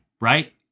right